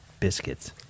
biscuits